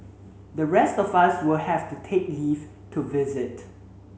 the rest of us will have to take leave to visit